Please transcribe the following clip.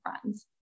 friends